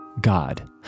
God